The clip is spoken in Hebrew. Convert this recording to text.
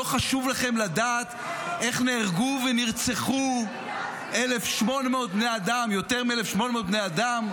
לא חשוב לכם לדעת איך נהרגו ונרצחו יותר מ-1,800 בני אדם?